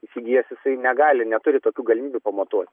įsigijęs jisai negali neturi tokių galimybių pamatuot